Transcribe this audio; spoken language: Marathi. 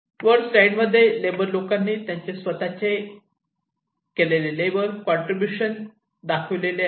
वर स्लाईड मध्ये लेबर लोकांनी त्यांचे स्वतःचे केलेले लेबर कॉन्ट्रीब्युशन दाखविले आहे